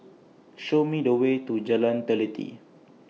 Show Me The Way to Jalan Teliti